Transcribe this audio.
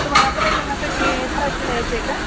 तुम्हाला पर्यटनासाठी धाराशिवला यायचं आहे का